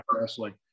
wrestling